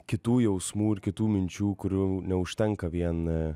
kitų jausmų ir kitų minčių kurių neužtenka vien